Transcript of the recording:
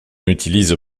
utilise